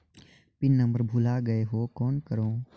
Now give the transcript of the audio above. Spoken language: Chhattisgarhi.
पिन नंबर भुला गयें हो कौन करव?